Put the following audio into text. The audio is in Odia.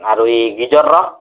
ଆରୋ ଏ ଗିଜର୍ର